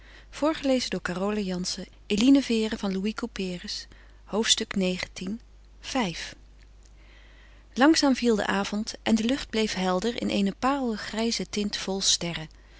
zaligheid v langzaam viel de avond en de lucht bleef helder in eene parelgrijze tint vol sterren